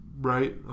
Right